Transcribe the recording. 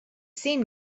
seen